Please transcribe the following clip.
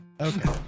Okay